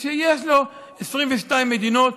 אז יש לו 22 מדינות,